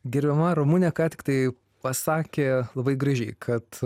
gerbiama ramunė ką tik tai pasakė labai gražiai kad